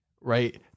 right